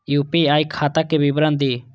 UPI खाता के विवरण दिअ?